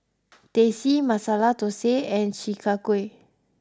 Teh C Masala Thosai and Chi Kak Kuih